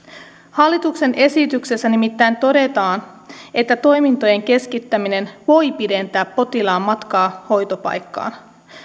hallituksen esityksessä nimittäin todetaan että toimintojen keskittäminen voi pidentää potilaan matkaa hoitopaikkaan